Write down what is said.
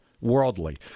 worldly